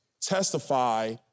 testify